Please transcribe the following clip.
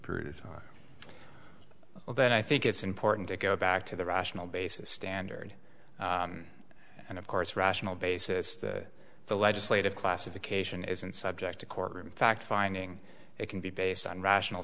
period well then i think it's important to go back to the rational basis standard and of course rational basis the legislative classification isn't subject to courtroom fact finding it can be based on rational